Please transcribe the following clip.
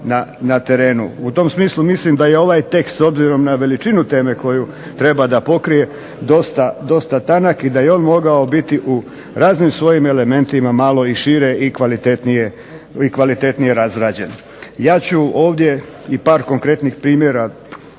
U tom smislu mislim da je ovaj tekst, s obzirom na veličinu teme koju treba da pokrije dosta tanak i da je on mogao biti u raznim svojim elementima malo i šire i kvalitetnije razrađen. Ja ću ovdje i par konkretnih primjera u tom